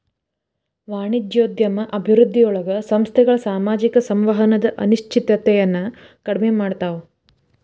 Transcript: ವಾಣಿಜ್ಯೋದ್ಯಮ ಅಭಿವೃದ್ಧಿಯೊಳಗ ಸಂಸ್ಥೆಗಳ ಸಾಮಾಜಿಕ ಸಂವಹನದ ಅನಿಶ್ಚಿತತೆಯನ್ನ ಕಡಿಮೆ ಮಾಡ್ತವಾ